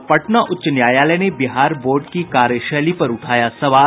और पटना उच्च न्यायालय ने बिहार बोर्ड की कार्यशैली पर उठाया सवाल